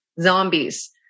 Zombies